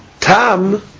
Tam